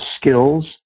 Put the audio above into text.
skills